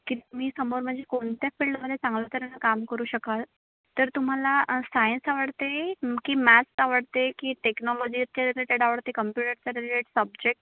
की तुम्ही समोर म्हणजे कोणत्या फील्डमध्ये चांगल्या तऱ्हेने काम करू शकाल तर तुम्हाला सायन्स आवडते की मॅथ्स आवडते की टेक्नॉलॉजीच्या रिलेटेड आवडते कम्प्युटरच्या रिलेटेड सब्जेक्ट